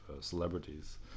celebrities